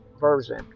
version